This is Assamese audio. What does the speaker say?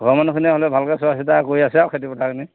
ঘৰৰমানুহ খিনিয়ে হ'লে ভাল কে চোৱা চিতা কৰি আছে আৰু খেতিপথাৰখিনি